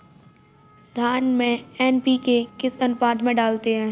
धान में एन.पी.के किस अनुपात में डालते हैं?